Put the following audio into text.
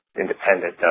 independent